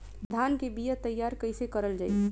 धान के बीया तैयार कैसे करल जाई?